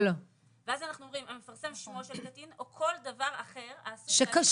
ואז אנחנו אומרים: המפרסם שמו של קטין או כל דבר אחר --- שקשור,